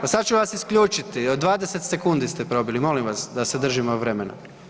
pa sad ću vas isključiti, od 20 sekundi ste probili, molim vas da se držimo vremena.